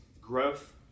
growth